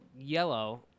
yellow